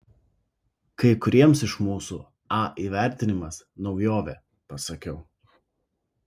kai kuriems iš mūsų a įvertinimas naujovė pasakiau